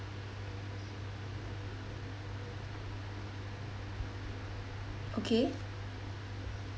okay